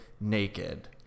naked